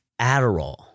Adderall